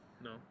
No